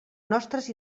nostres